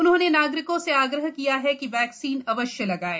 उन्होंने नागरिकों से आग्रह किया है कि वैक्सीन अवश्य लगाएं